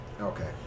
Okay